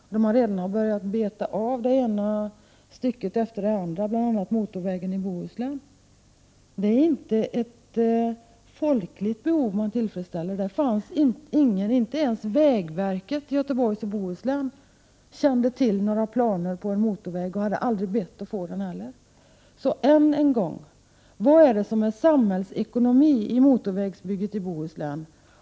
Man har ju redan börjat beta av den ena biten efter den andra — bl.a. beträffande motorvägen i Bohuslän. Men det är inte ett folkligt behov som man här tillfredsställer. Inte ens på vägverket i Göteborgs och Bohus län kände man till att det fanns några planer på en motorväg. Man har heller aldrig bett att få någon sådan. Ännu en gång vill jag fråga: Vad är det som är samhällsekonomi i fråga om motorvägsbygget i Bohuslän?